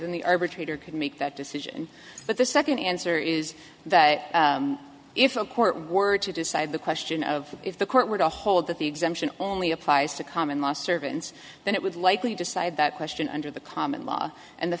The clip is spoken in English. then the arbitrator could make that decision but the second answer is that if a court were to decide the question of if the court were to hold that the exemption only applies to common law servants then it would likely decide that question under the common law and the